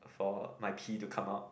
for my pee to come out